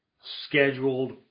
scheduled